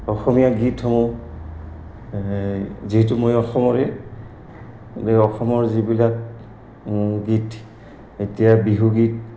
অসমীয়া গীতসমূহ যিহেতু মই অসমৰে অসমৰ যিবিলাক গীত এতিয়া বিহু গীত